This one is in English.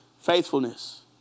faithfulness